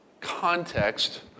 context